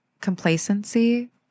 complacency